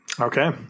Okay